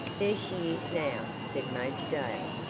there she is now, said major dale,